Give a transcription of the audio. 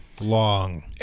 long